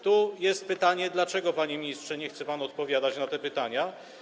Tu jest pytanie, dlaczego, panie ministrze, nie chce pan odpowiadać na te pytania.